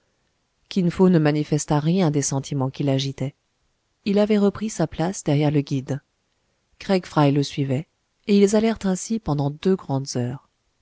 kin fo ne manifesta rien des sentiments qui l'agitaient il avait repris sa place derrière le guide craig fry le suivaient et ils allèrent ainsi pendant deux grandes heures